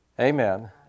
Amen